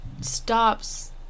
stops